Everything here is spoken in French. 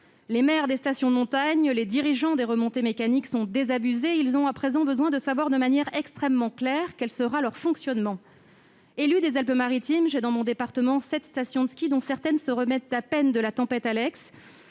Les maires des stations de montagne, les dirigeants des remontées mécaniques sont désabusés. Ils ont à présent besoin de savoir de manière extrêmement claire quel sera leur mode de fonctionnement. Élue des Alpes-Maritimes, je compte dans mon département sept stations de ski, dont certaines se remettent à peine de la tempête Alex.